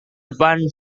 depan